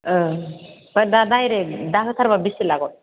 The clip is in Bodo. ओह बा दा डाइरेक्ट दा होथारबा बेसे लागोन